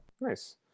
Nice